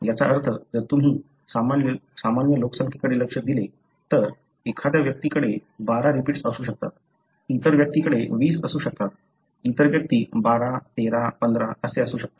याचा अर्थ जर तुम्ही सामान्य लोकसंख्येकडे लक्ष दिले तर एखाद्या व्यक्तीकडे 12 रिपीट्स असू शकतात इतर व्यक्ती 20 असू शकतात इतर व्यक्ती 12 13 15 असू शकतात